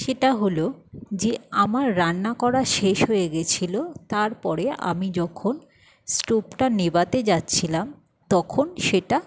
সেটা হল যে আমার রান্না করা শেষ হয়ে গিয়েছিলো তারপরে আমি যখন স্টোবটা নেভাতে যাচ্ছিলাম তখন সেটা